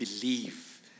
believe